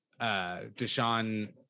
Deshaun